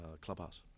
clubhouse